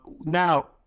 now